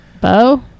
Bo